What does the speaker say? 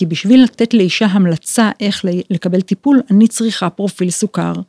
כי בשביל לתת לאישה המלצה איך לקבל טיפול, אני צריכה פרופיל סוכר.